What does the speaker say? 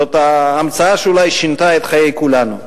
זו ההמצאה שאולי שינתה את חיי כולנו.